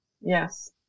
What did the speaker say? Yes